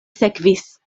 sekvis